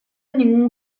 ningún